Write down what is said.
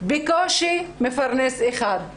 בקושי מפרנס אחד.